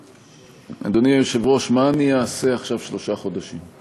אדוני היושב-ראש, מה אני אעשה עכשיו שלושה חודשים?